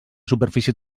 superfície